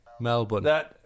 Melbourne